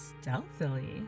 stealthily